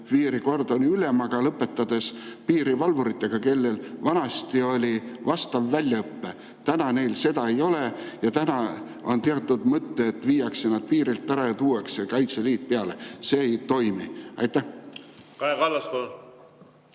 piirikordoni ülemast ja lõpetades piirivalvuritega, kellel vanasti oli vastav väljaõpe. Täna neil seda ei ole ja täna on teatud mõte, et viiakse nad piirilt ära ja tuuakse Kaitseliit peale. See ei toimi. See